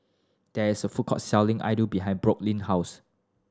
there is a food court selling Idili behind Brooklyn house